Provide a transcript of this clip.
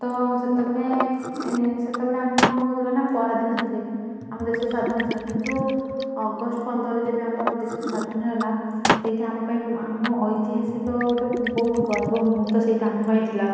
ତ ସେତେବେଳେ ସେତେବେଳେ ଆମର କ'ଣ ହଉଥିଲା ନା ପରାଧୀନ ଥିଲେ ଆମ ଦେଶ ସ୍ୱାଧୀନ କିନ୍ତୁ ଅଗଷ୍ଟ୍ ପନ୍ଦରରେ ଯେବେ ଆମର ଦେଶ ସ୍ୱାଧୀନ ହେଲା ସେଇଟା ଆମ ପାଇଁ ଆମ ଐତିହାସିକ ଗୋଟେ ବହୁତ ଗର୍ବ ମୁହୂର୍ତ୍ତ ସେଇଟା ଆମ ପାଇଁ ଥିଲା